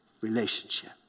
Relationship